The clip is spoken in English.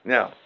Now